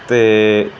ਤੇ